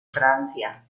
francia